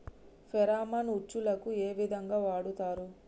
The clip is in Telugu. ఫెరామన్ ఉచ్చులకు ఏ విధంగా వాడుతరు?